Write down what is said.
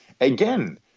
again